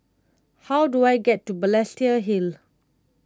how do I get to Balestier Hill